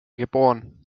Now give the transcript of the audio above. geboren